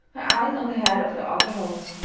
eyes on the head of the other horse.